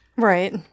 Right